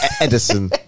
Edison